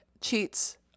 cheats